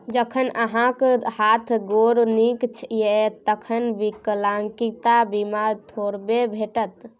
जखन अहाँक हाथ गोर नीक यै तखन विकलांगता बीमा थोड़बे भेटत?